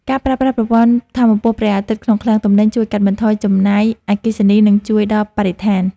ការប្រើប្រាស់ប្រព័ន្ធថាមពលព្រះអាទិត្យក្នុងឃ្លាំងទំនិញជួយកាត់បន្ថយចំណាយអគ្គិសនីនិងជួយដល់បរិស្ថាន។